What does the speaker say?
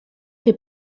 fait